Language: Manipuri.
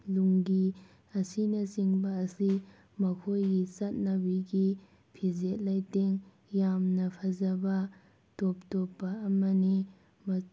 ꯂꯨꯡꯒꯤ ꯑꯁꯤꯅꯆꯤꯡꯕ ꯑꯁꯤ ꯃꯈꯣꯏꯒꯤ ꯆꯠꯅꯕꯤꯒꯤ ꯐꯤꯖꯦꯠ ꯂꯩꯇꯦꯡ ꯌꯥꯝꯅ ꯐꯖꯕ ꯇꯣꯞ ꯇꯣꯞꯄ ꯑꯃꯅꯤ